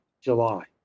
July